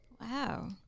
Wow